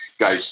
Guys